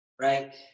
right